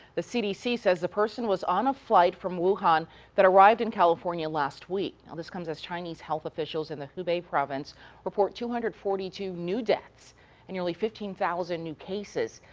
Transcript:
the c d c says the person was on a flight from wuhan that arrived in california last week. this comes as chinese health officials in the hubei province report two hundred and forty two new deaths and nearly fifteen thousand new cases.